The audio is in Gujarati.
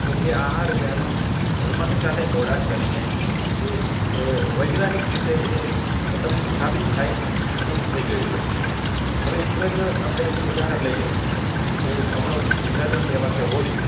તો એ આહાર વિહારનું ધર્મની સાથે જોડાણ કરીને વૈજ્ઞાનિક રીતે એ મતલબ સાબિત થાય એવું થઈ ગયું છે હવે એક જ આપણે ઉદાહરણ લઈએ તો આપણો ગુજરાતીનો તહેવાર છે હોળી